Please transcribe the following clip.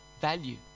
value